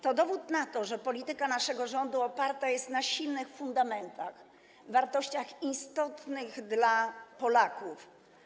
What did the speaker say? To dowód na to, że polityka naszego rządu oparta jest na silnych fundamentach, wartościach istotnych dla Polaków.